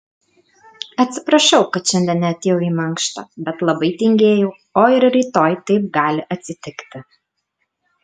atsiprašau kad šiandien neatėjau į mankštą bet labai tingėjau o ir rytoj taip gali atsitikti